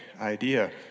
idea